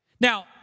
Now